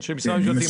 גוף של משרד המשפטים?